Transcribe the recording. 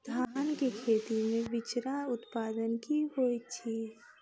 धान केँ खेती मे बिचरा उत्पादन की होइत छी?